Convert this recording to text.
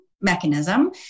mechanism